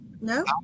No